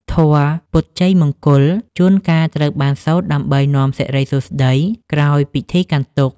ធម៌ "ពុទ្ធជ័យមង្គល" ជួនកាលត្រូវបានសូត្រដើម្បីនាំសិរីសួស្ដីក្រោយពិធីកាន់ទុក្ខ។